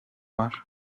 var